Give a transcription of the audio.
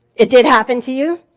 it did happened to you?